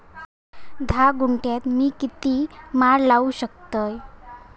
धा गुंठयात मी किती माड लावू शकतय?